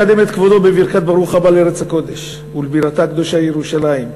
אקדם את כבודו בברכת ברוך הבא לארץ הקודש ולבירתה הקדושה ירושלים.